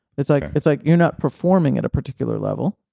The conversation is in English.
it's like it's like you're not performing at a particular level